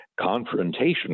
confrontation